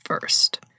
first